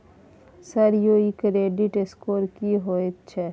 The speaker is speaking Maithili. सर यौ इ क्रेडिट स्कोर की होयत छै?